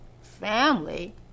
family